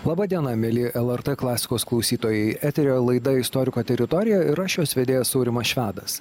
laba diena mieli lrt klasikos klausytojai eterio laidą istoriko teritorija ir aš jos vedėjas aurimas švedas